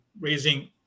raising